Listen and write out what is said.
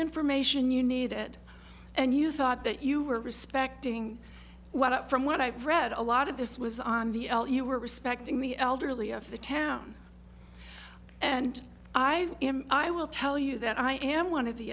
information you needed and you thought that you were respecting what from what i've read a lot of this was on the you were respecting the elderly of the town and i am i will tell you that i am one of the